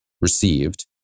received